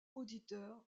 auditeur